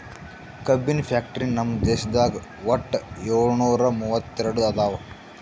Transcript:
ಕಬ್ಬಿನ್ ಫ್ಯಾಕ್ಟರಿ ನಮ್ ದೇಶದಾಗ್ ವಟ್ಟ್ ಯೋಳ್ನೂರಾ ಮೂವತ್ತೆರಡು ಅದಾವ್